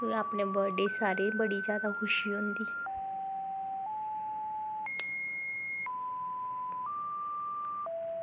ते अपने birthday गी सारें गी बड़ी जादा खुशी होंदी